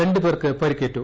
രണ്ട് പേർക്ക് പരിക്കേറ്റു